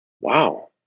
wow